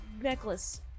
necklace